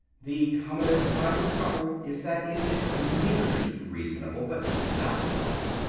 the commonest kind of trouble is that it is nearly reasonable, but not quite.